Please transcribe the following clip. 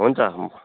हुन्छ म